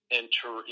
enter